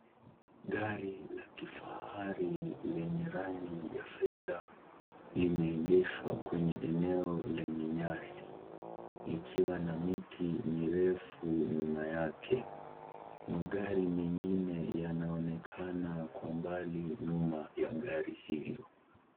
Gari la kifahari lenye rangi ya fedha limeegeshwa kwenye eneo lenye nyasi ikiwa na miti mirefu nyuma yake. Magari mengine yanaonekana kwa mbali nyuma ya gari hilo.